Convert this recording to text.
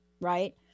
right